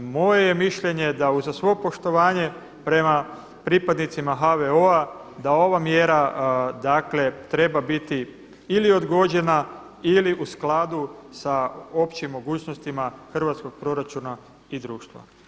Moje je mišljenje da uz svo poštovanje prema pripadnicima HVO-a da ova mjera dakle treba biti ili odgođena ili u skladu sa opim mogućnostima hrvatskog proračuna i društva.